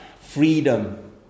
freedom